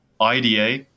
IDA